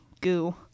goo